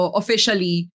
officially